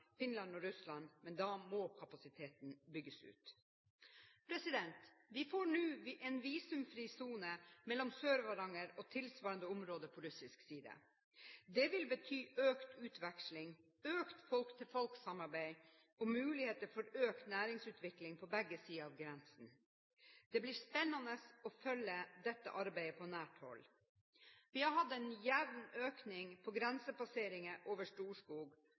Finland og Russland, men da må kapasiteten bygges ut. Vi får nå en visumfri sone mellom Sør-Varanger og tilsvarende område på russisk side. Det vil bety økt utveksling, økt folk-til-folk-samarbeid og muligheter for økt næringsutvikling på begge sider av grensen. Det blir spennende å følge dette arbeidet på nært hold. Vi har hatt en jevn øking av grensepasseringer over